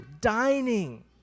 dining